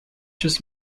just